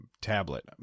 Tablet